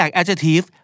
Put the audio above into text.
adjective